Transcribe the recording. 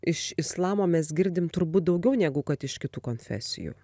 iš islamo mes girdim turbūt daugiau negu kad iš kitų konfesijų